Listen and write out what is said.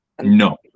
No